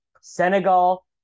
Senegal